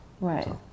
Right